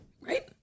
Right